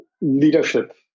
leadership